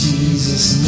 Jesus